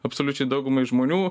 absoliučiai daugumai žmonių